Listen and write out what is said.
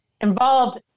Involved